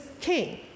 King